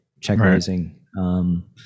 check-raising